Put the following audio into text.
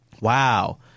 Wow